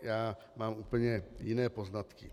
Já mám úplně jiné poznatky.